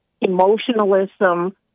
emotionalism